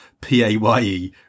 PAYE